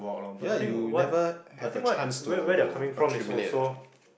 yeah you never have a chance to accumulate ah